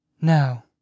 Now